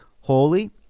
holy